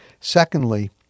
Secondly